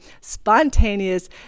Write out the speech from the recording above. spontaneous